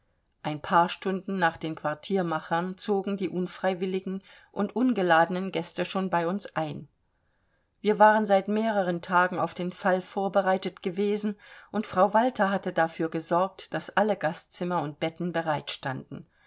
ein paar stunden nach den quartiermachern zogen die unfreiwilligen und ungeladenen gäste schon bei uns ein wir waren seit mehreren tagen auf den fall vorbereitet gewesen und frau walter hatte dafür gesorgt daß alle gastzimmer und betten